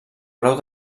grau